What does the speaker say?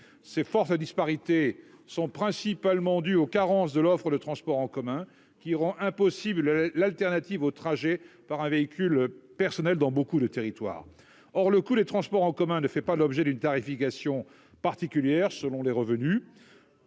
c'est forces disparités sont principalement dus aux carences de l'offre de transport en commun qui rend impossible l'alternative au trajet par un véhicule personnel dans beaucoup de territoires, or le coût, les transports en commun ne fait pas l'objet d'une tarification particulière, selon les revenus,